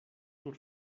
sur